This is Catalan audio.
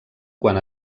quan